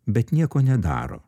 bet nieko nedaro